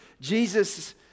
Jesus